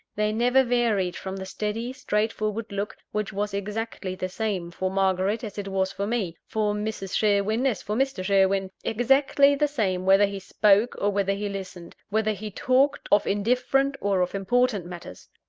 they never varied from the steady, straightforward look, which was exactly the same for margaret as it was for me for mrs. sherwin as for mr. sherwin exactly the same whether he spoke or whether he listened whether he talked of indifferent, or of important matters.